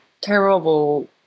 terrible